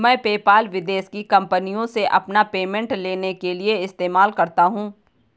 मैं पेपाल विदेश की कंपनीयों से अपना पेमेंट लेने के लिए इस्तेमाल करता हूँ